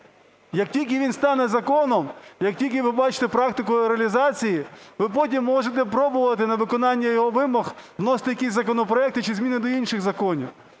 Як тільки він стане законом, як тільки ви побачите практику його реалізації, ви потім можете пробувати на виконання його вимог вносити якісь законопроекти чи зміни до інших законів.